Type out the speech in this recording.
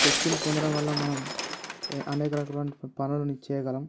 శక్తిని పొందడం వల్ల మనం అనేక రకాలైనటువంటి పనులను చేయగలం